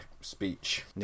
speech